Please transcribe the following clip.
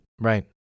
Right